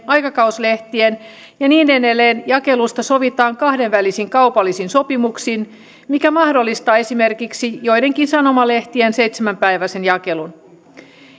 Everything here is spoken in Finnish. aikakauslehtien ja niin edelleen jakelusta sovitaan kahdenvälisin kaupallisin sopimuksin mikä mahdollistaa esimerkiksi joidenkin sanomalehtien seitsemänpäiväisen jakelun